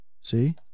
See